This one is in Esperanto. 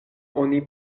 oni